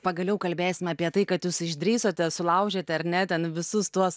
pagaliau kalbėsime apie tai kad jūs išdrįsote sulaužėte ar ne ten visus tuos